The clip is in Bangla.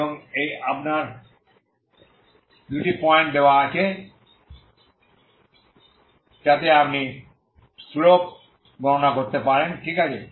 এবং আপনার দুটি পয়েন্ট দেওয়া আছে যাতে আপনি স্লোপ গণনা করতে পারেন ঠিক আছে